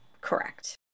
correct